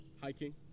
hiking